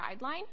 guideline